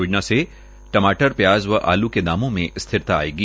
योजना से टमाटर प्याज व आलू के दामों में स्थिरता आयेगी